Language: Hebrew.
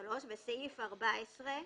(3)בסעיף 14,